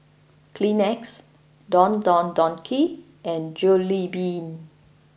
Kleenex Don Don Donki and Jollibean